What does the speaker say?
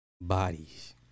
bodies